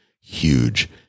huge